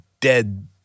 dead